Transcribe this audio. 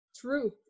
truth